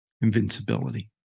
invincibility